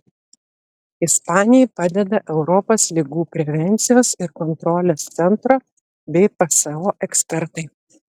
ispanijai padeda europos ligų prevencijos ir kontrolės centro bei pso ekspertai